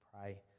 pray